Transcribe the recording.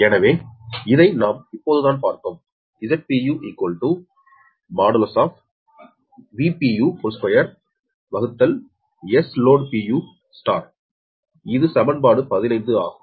எனவே இதை நாம் இப்போதுதான் பார்த்தோம் இது சமன்பாடு 15 ஆகும்